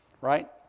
Right